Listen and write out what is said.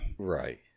right